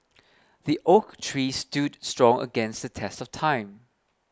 the oak tree stood strong against the test of time